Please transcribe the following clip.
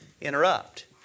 interrupt